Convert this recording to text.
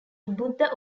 buddha